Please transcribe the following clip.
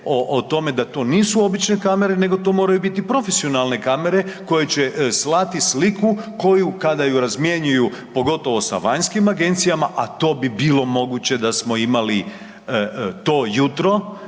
o tome da to nisu obične kamere nego to moraju biti profesionalne kamere koje će slati sliku koju kada ju razmjenjuju pogotovo sa vanjskim agencijama a to bi bilo moguće da smo imali to jutro,